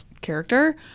character